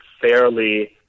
fairly